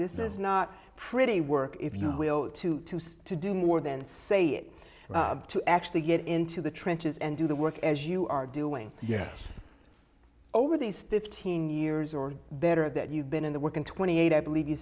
this is not pretty work if you will to to do more than say it to actually get into the trenches and do the work as you are doing yes over these fifteen years or better that you've been in the work in twenty eight i believe you